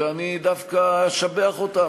ואני דווקא אשבח אותה,